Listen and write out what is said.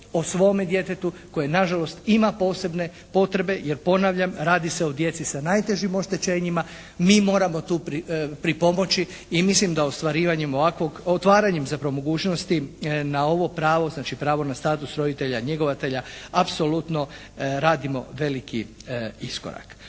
o svome djetetu koje na žalost ima posebne potrebe, jer ponavljam radi se o djeci sa najtežim oštećenjima mi moramo tu pripomoći i mislim da ostvarivanjem, otvaranjem zapravo mogućnosti na ovo pravo, znači pravo na status roditelja, njegovatelja apsolutno radimo veliki iskorak.